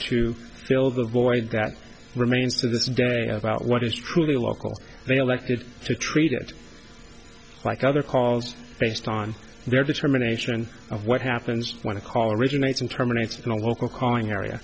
to fill the void that remains to this day about what is truly local they elected to treat it like other calls based on their determination of what happens when a call originates and terminates a local calling area